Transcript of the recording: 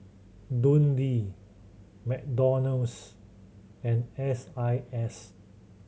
Dundee McDonald's and S I S